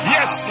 Yes